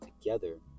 together